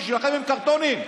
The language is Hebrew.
בשבילכם הם קרטונים,